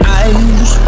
eyes